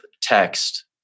text